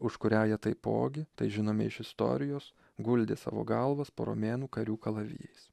už kurią jie taipogi tai žinome iš istorijos guldė savo galvas po romėnų karių kalavijais